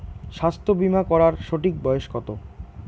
স্বাস্থ্য বীমা করার সঠিক বয়স কত?